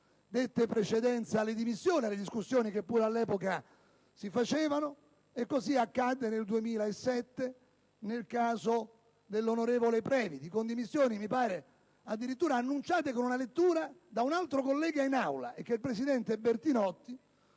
dette precedenza alle dimissioni rispetto alle discussioni che pure all'epoca si facevano. Così come accadde anche nel 2007 nel caso dell'onorevole Previti con dimissioni, mi pare, addirittura annunciate con una lettura da un altro collega in Aula, che il presidente Bertinotti,